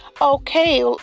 okay